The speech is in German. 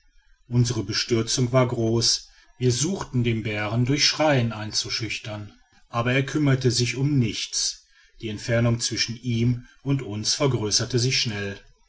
unsre bestürzung war groß wir suchten den bären durch schreien einzuschüchtern aber er kümmerte sich um nichts die entfernung zwischen ihm und uns vergrößerte sich schnell